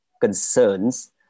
concerns